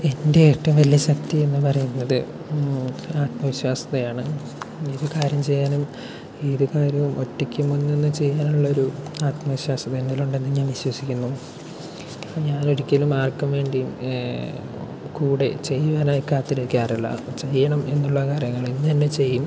എൻ്റെ ഏറ്റവും വലിയ ശക്തിയെന്ന് പറയുന്നത് ആത്മവിശ്വാസ്യതയാണ് ഏത് കാര്യം ചെയ്യാനും ഏത് കാര്യവും ഒറ്റയ്ക്ക് മുൻനിന്ന് ചെയ്യാനുള്ള ഒരു ആത്മവിശ്വാസം എന്നിലുണ്ടെന്ന് ഞാൻ വിശ്വസിക്കുന്നു അപ്പോൾ ഞാൻ ഒരിക്കലും ആർക്കും വേണ്ടിയും കൂടെ ചെയ്യുവാനായി കാത്തിരിക്കാറില്ല ചെയ്യണം എന്നുള്ള കാര്യങ്ങൾ ഇന്ന് തന്നെ ചെയ്യും